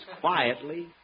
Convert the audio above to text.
quietly